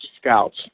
scouts